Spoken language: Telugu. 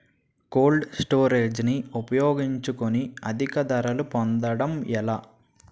కోల్డ్ స్టోరేజ్ ని ఉపయోగించుకొని అధిక ధరలు పొందడం ఎలా?